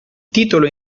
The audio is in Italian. titolo